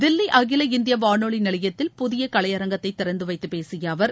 தில்லி அகில இந்திய வானொலி நிலையத்தில் புதிய கலையரங்கத்தை திறந்து வைத்த பேசிய அவர்